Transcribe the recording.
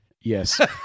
Yes